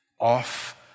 off